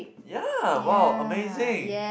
ya !wow! amazing